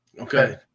Okay